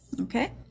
Okay